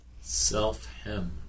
Self-hemmed